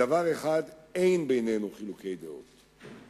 בדבר אחד אין בינינו חילוקי דעות: